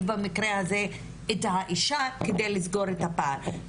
במקרה הזה את האישה כדי לסגור את הפער.